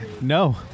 No